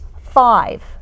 five